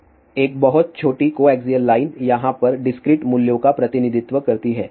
एक बहुत छोटी कोएक्सिअल लाइन यहाँ पर डिस्क्रीट मूल्यों का प्रतिनिधित्व करती है